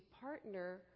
partner